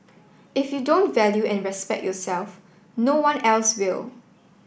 if you don't value and respect yourself no one else will